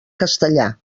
castellà